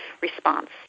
response